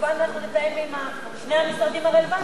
וכמובן אנחנו נתאם עם שני המשרדים הרלוונטיים.